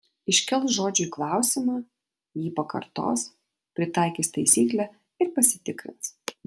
iškels žodžiui klausimą jį pakartos pritaikys taisyklę ir pasitikrins